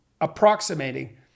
approximating